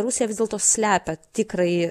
rusija vis dėlto slepia tikrąjį